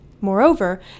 Moreover